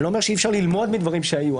ואני לא אומר שאי אפשר ללמוד מדברים שהיו,